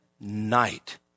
night